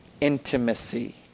intimacy